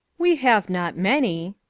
we have not many.